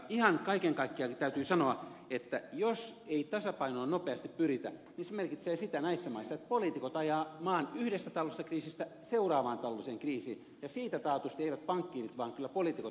ihan kaiken kaikkiaankin täytyy sanoa että jos ei tasapainoon nopeasti pyritä niin se merkitsee sitä näissä maissa sitä että poliitikot ajavat maan yhdestä talouskriisistä seuraavaan taloudelliseen kriisiin ja siitä taatusti eivät pankkiirit vastaa vaan kyllä poliitikot vastaavat